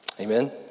amen